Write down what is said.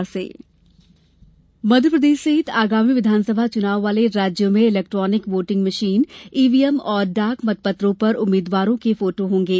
EVM photo Madhya Pradesh सहित आगामी विधानसभा चुनाव वाले राज्यों में इलैक्ट्रॉनिक वोटिंग मशीन ईवीएम और डाक मतपत्रों पर उम्मीदवारों के फोटो होंगे